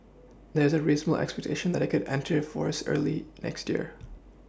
there's a reasonable expectation that it could enter force early next year